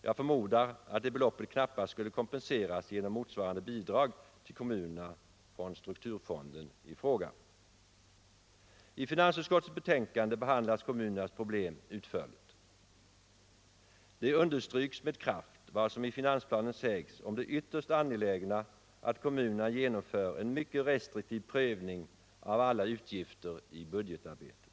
Jag förmodar att de beloppen knappast skulle kompenseras genom motsvarande bidrag till kommunerna från strukturfonden i fråga. I finansutskottets betänkande behandlas kommunernas problem utförligt. Det understryks med kraft vad som i finansplanen sägs om det ytterst angelägna i att kommunerna genomför en mycket restriktiv prövning av alla utgifter i budgetarbetet.